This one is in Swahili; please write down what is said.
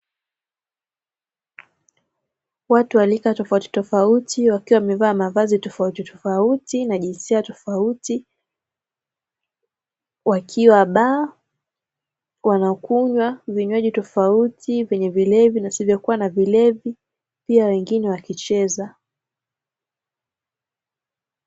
Watu wa rika tofautitofauti wakiwa wamevaa mavazi tofautitofauti, na jinsia tofauti, wakiwa baa wanakunywa vinywaji tofauti, vyenye vilevi na visivyokuwa na vilevi, pia wengine wakicheza.